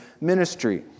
ministry